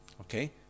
Okay